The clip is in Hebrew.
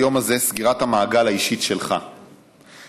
ביום הזה סגירת המעגל האישית שלך כאן,